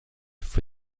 for